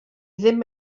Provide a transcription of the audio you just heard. ddim